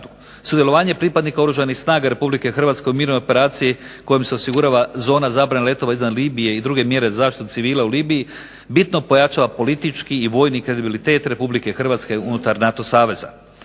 Sudjelovanje pripadnika Oružanih snaga RH u mirovnoj operaciji kojom se osigurava zona zabrane letova iznad Libije i druge mjere za zaštitu civila u Libiji bitno pojačava politički i vojni kredibilitet RH unutar NATO saveza.